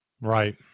Right